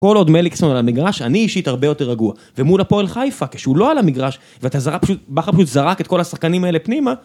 כל עוד מליקסון על המגרש, אני אישית הרבה יותר רגוע. ומול הפועל חיפה, כשהוא לא על המגרש, ואתה זרק, בכר פשוט זרק את כל השחקנים האלה פנימה...